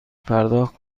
پرداخت